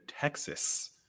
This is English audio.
Texas